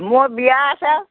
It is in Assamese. মোৰ বিয়া আছে